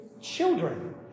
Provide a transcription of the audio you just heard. children